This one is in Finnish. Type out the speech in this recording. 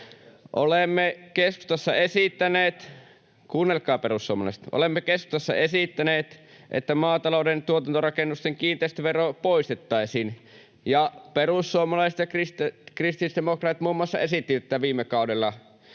Olemme keskustassa esittäneet — kuunnelkaa, perussuomalaiset — että maatalouden tuotantorakennusten kiinteistövero poistettaisiin, ja perussuomalaiset ja kristillisdemokraatit muun muassa esittivät tätä viime kaudella.